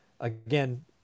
again